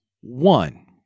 One